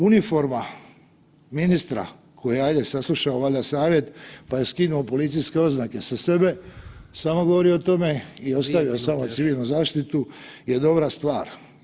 Uniforma ministra koji je ajde saslušao valjda savjet pa je skinuo policijske oznake sa sebe, samo govori o tome i ostavio samo civilnu zaštitu je dobra stvar.